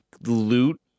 loot